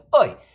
Oi